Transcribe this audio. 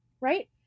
right